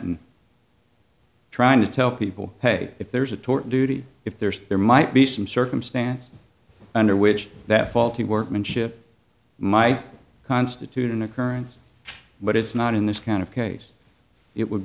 and trying to tell people hey if there's a tort duty if there's there might be some circumstance under which that faulty workmanship my constitute an occurrence but it's not in this kind of case it would